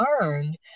learned